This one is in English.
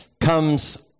comes